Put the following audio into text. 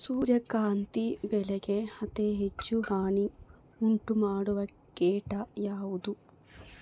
ಸೂರ್ಯಕಾಂತಿ ಬೆಳೆಗೆ ಅತೇ ಹೆಚ್ಚು ಹಾನಿ ಉಂಟು ಮಾಡುವ ಕೇಟ ಯಾವುದು?